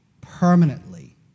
permanently